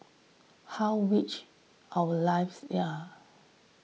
how wretched our lives the are